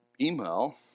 email